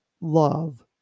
love